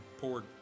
poured